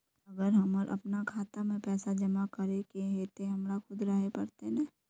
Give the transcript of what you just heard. अगर हमर अपना खाता में पैसा जमा करे के है ते हमरा खुद रहे पड़ते ने?